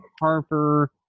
Harper